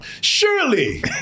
Surely